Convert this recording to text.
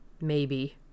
maybe